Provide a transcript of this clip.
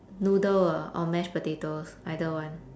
noodle ah or mash potatoes either one